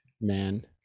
man